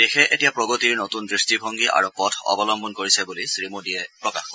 দেশে এতিয়া প্ৰগতিৰ নতুন দৃষ্টিভংগী আৰু পথ অৱলম্বন কৰিছে বুলি শ্ৰীমোডীয়ে প্ৰকাশ কৰে